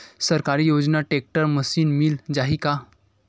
सरकारी योजना tractor machine मिल जाही का?